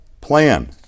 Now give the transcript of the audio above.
plan